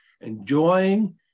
enjoying